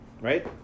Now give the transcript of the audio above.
right